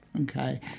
Okay